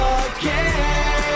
again